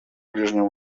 ближнем